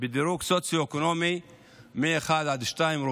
בדירוג סוציו-אקונומי מ-1 עד 2,